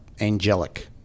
angelic